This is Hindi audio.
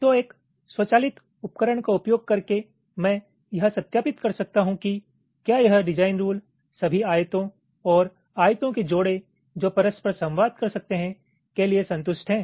तो एक स्वचालित उपकरण का उपयोग करके मैं यह सत्यापित कर सकता हूं कि क्या यह डिज़ाइन रुल सभी आयतों और आयतों के जोड़े जो परस्पर संवाद कर सकते है के लिए संतुष्ट हैं